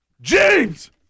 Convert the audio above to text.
James